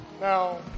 Now